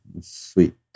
Sweet